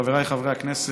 חבריי חברי הכנסת,